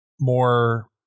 more